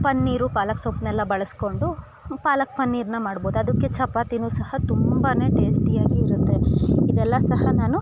ಪನ್ನೀರು ಪಾಲಾಕ್ ಸೊಪ್ಪನ್ನೆಲ್ಲ ಬಳಸ್ಕೊಂಡು ಪಾಲಾಕ್ ಪನ್ನೀರನ್ನ ಮಾಡ್ಬೋದು ಅದಕ್ಕೆ ಚಪಾತಿ ಸಹ ತುಂಬಾ ಟೇಸ್ಟಿಯಾಗೆ ಇರುತ್ತೆ ಇದೆಲ್ಲಾ ಸಹ ನಾನು